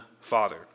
father